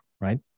right